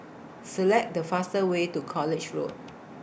Select The fastest Way to College Road